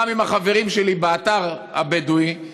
עם החברים שלי באתר הבדואי,